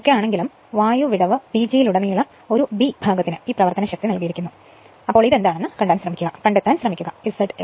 ഇങ്ങനെയൊക്കെയാണെങ്കിലും വായു വിടവ് PGയിലുടനീളം ഒരു ബി ഭാഗത്തിന് ഈ പ്രവർത്തനശക്തി നൽകിയിരിക്കുന്നു അതിനാൽ ഇത് എന്താണെന്ന് കണ്ടെത്താൻ ശ്രമിക്കുക Z f